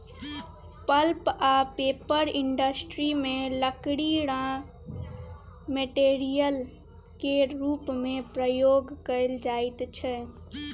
pulp आ paper industry मे लकड़ी राँ मेटेरियल केर रुप मे प्रयोग कएल जाइत छै